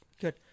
Good